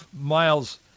miles